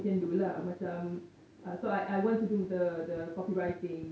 can do lah macam so I want to do the copyrighting